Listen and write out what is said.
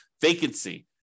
vacancy